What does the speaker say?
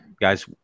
Guys